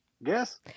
Yes